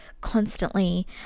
constantly